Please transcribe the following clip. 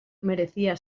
merecía